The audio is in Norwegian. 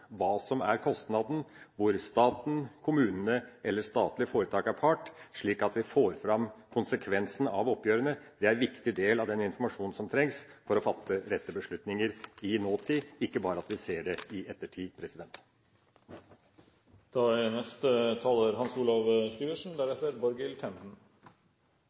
hva som er kostnaden når staten, kommunene eller statlig foretak er part, slik at vi får fram konsekvensene av oppgjørene. Det er en viktig del av den informasjonen som trengs for å fatte rette beslutninger i nåtid, ikke bare at vi ser det i ettertid.